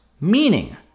meaning